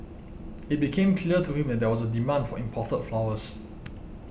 it became clear to him that there was a demand for imported flowers